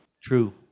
True